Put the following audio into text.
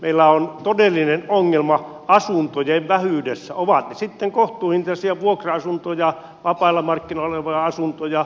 meillä on todellinen ongelma asuntojen vähyydessä ovat ne sitten kohtuuhintaisia vuokra asuntoja vapailla markkinoilla olevia asuntoja